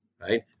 right